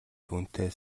түүнтэй